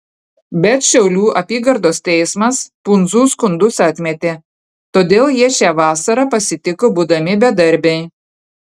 bet šiaulių apygardos teismas pundzų skundus atmetė todėl jie šią vasarą pasitiko būdami bedarbiai